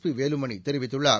B Velumani தெரிவித்துள்ளார்